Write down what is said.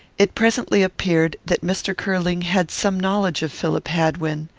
it presently appeared that mr. curling had some knowledge of philip hadwin,